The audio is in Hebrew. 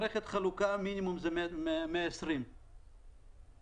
מערכת חלוקה זה מינימום 1.20 מטר.